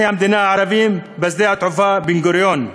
המדינה הערבים בשדה-התעופה בן-גוריון.